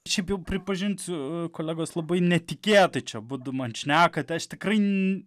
šiaip jau pripažinsiu kolegos labai netikėtai čia abudu man šnekat aš tikrai